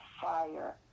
fire